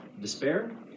Despair